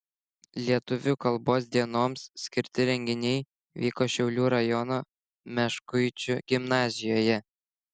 lietuvių kalbos dienoms skirti renginiai vyko šiaulių rajono meškuičių gimnazijoje